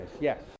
yes